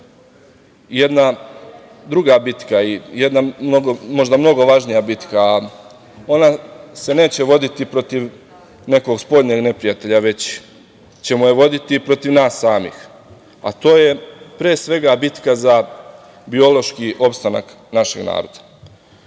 jedna druga bitka i jedna možda mnogo važnija bitka, ona se neće voditi protiv nekog spoljnog neprijatelja, već ćemo je voditi protiv nas samih, a to je pre svega bitka za biološki opstanak našeg naroda.